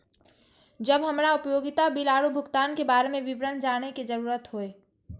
जब हमरा उपयोगिता बिल आरो भुगतान के बारे में विवरण जानय के जरुरत होय?